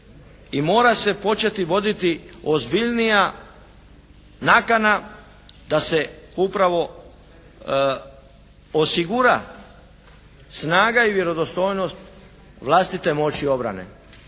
I mora se početi voditi ozbiljnija nakana da se upravo osigura snaga i vjerodostojnost vlastite moći obrane.